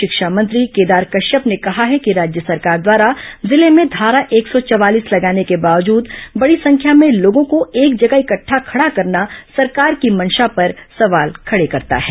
पूर्व शिक्षा मंत्री केदार कश्यप ने कहा है कि राज्य सरकार द्वारा जिले में धारा एक सौ चवालीस लगाने के बावजूद बड़ी संख्या में लोगों को एक जगह इकट्ठा खड़ा करना सरकार की मंशा पर सवाल खड़ा करता है